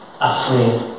afraid